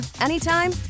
anytime